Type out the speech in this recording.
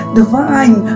divine